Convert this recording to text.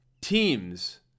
teams